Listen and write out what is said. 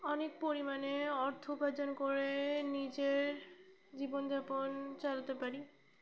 অনেক পরিমাণে অর্থ উপার্জন করে নিজের জীবনযাপন চালাতে পারি